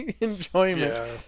enjoyment